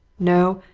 no?